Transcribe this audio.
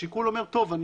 השיקול אומר טוב,